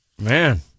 Man